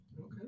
Okay